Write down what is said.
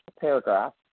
paragraph